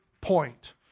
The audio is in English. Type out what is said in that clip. point